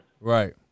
Right